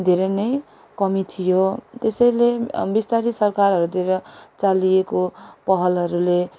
धेरै नै कमी थियो त्यसैले विस्तारै सरकारहरूतिर चालिएको पहलहरूले